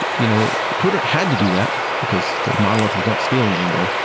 you know twitter had to do that, because the monolith was not scaling anymore.